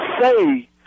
say